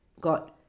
got –